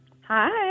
hi